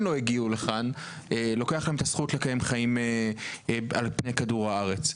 לא הגיעו לכאן את הזכות לקיים חיים על פני כדור הארץ.